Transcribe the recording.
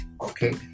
okay